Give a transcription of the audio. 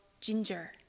Ginger